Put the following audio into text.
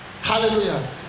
Hallelujah